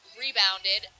rebounded